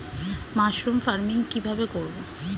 Mushroom farming কি ভাবে করব?